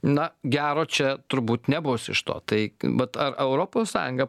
na gero čia turbūt nebus iš to tai vat ar europos sąjunga